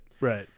Right